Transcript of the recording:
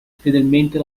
fedelmente